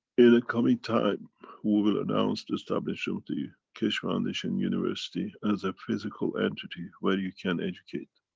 in a coming time, we will announce the establishment of the keshe foundation university as a physical entity where you can educate.